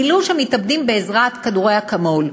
גילו שמתאבדים בעזרת כדורי "אקמול",